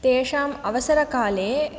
तेषाम् अवसरकाले